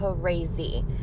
crazy